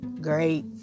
great